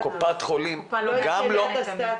הקופה לא עדכנה את הסטטוס.